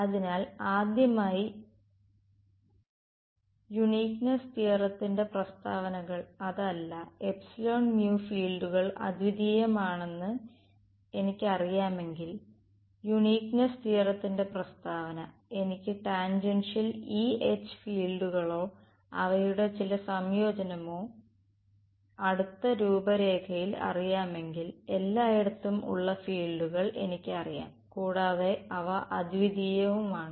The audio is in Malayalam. അതിനാൽ ആദ്യമായി യൂണിക്നെസ്സ് തിയറത്തിന്റെ പ്രസ്താവനകൾ അതല്ല എപ്സിലോൺ മ്യു ഫീൽഡുകൾ അദ്വിതീയമാണെന്ന് എനിക്കറിയാമെങ്കിൽ യൂണിക്നെസ്സ് തിയറത്തിന്റെ പ്രസ്താവന എനിക്ക് ടാൻജൻഷ്യൽ E H ഫീൽഡുകളോ അവയുടെ ചില സംയോജനമോ അടുത്ത രൂപരേഖയിൽ അറിയാമെങ്കിൽ എല്ലായിടത്തും ഉള്ള ഫീൽഡുകൾ എനിക്കറിയാം കൂടാതെ അവ അദ്വിതീയവുമാണ്